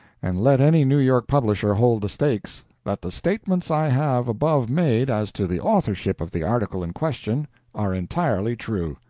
and let any new york publisher hold the stakes, that the statements i have above made as to the authorship of the article in question are entirely true.